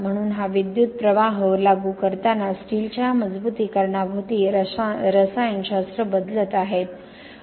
म्हणून हा विद्युतप्रवाह लागू करताना स्टीलच्या मजबुतीकरणाभोवती रसायनशास्त्र बदलत आहोत